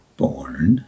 born